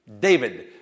David